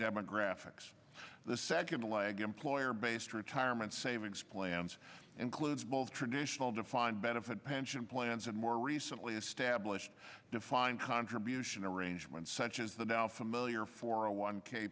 demographics the second leg employer based retirement savings plans includes both traditional defined benefit pension plans and more recently established defined contribution arrangements such as the now familiar for a one k